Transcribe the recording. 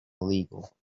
illegal